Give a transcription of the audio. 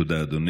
תודה,